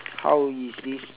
how is this